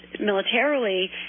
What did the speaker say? militarily